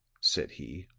said he,